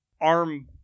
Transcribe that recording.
arm